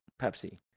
Pepsi